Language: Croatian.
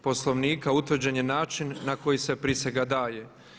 Poslovnika utvrđen je način na koji se prisega daje.